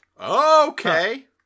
Okay